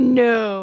no